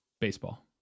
baseball